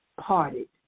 parted